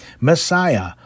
Messiah